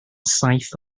saith